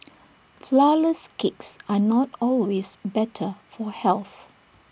Flourless Cakes are not always better for health